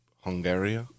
Hungary